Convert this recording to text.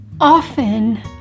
often